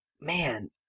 Man